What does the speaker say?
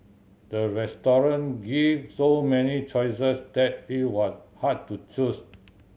the restaurant gave so many choices that it was hard to choose